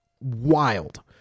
wild